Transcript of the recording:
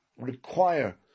require